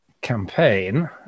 campaign